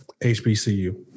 HBCU